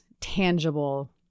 tangible